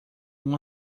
uma